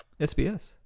SBS